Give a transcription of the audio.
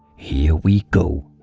here we go!